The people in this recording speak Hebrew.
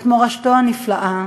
את מורשתו הנפלאה,